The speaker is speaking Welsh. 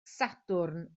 sadwrn